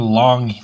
long